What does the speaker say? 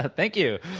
ah thank you.